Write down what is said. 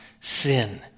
sin